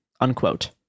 Unquote